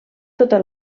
tota